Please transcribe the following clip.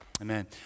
Amen